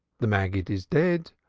the maggid is dead.